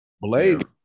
blade